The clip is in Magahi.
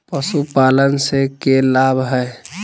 पशुपालन से के लाभ हय?